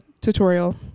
tutorial